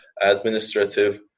administrative